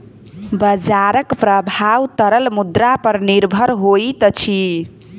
बजारक प्रभाव तरल मुद्रा पर निर्भर होइत अछि